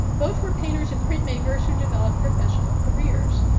both were painters and printmakers who developed professional careers.